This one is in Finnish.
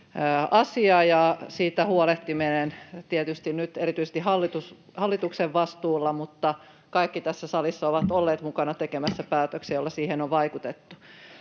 asia. Tietysti se nyt on erityisesti hallituksen vastuulla, mutta kaikki tässä salissa ovat olleet mukana tekemässä päätöksiä, joilla siihen on vaikutettu.